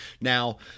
Now